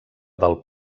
del